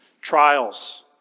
Trials